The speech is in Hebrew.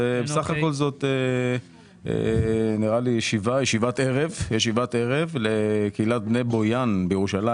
בסך הכול זאת ישיבת ערב לקהילת בני בויאן בירושלים.